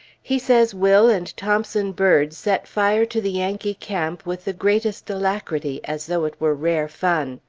he says will and thompson bird set fire to the yankee camp with the greatest alacrity, as though it were rare fun.